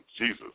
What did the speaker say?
Jesus